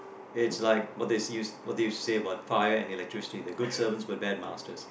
it's like what they see you what do you say about fire and electricity they are good service and last us